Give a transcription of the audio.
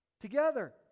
together